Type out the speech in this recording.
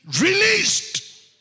released